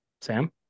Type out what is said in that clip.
Sam